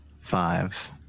five